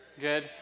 Good